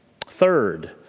Third